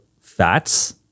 fats